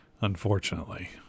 unfortunately